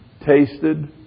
tasted